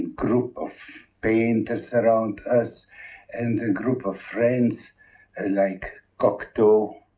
group of painters around us and a group of friends like cocteau.